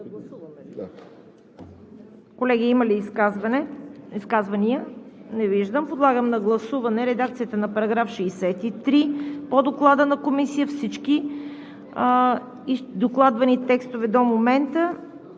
Колеги, има ли изказвания? Не виждам. Подлагам на гласуване: редакцията на § 63 по Доклада на Комисията и всички докладвани текстове до момента;